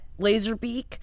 Laserbeak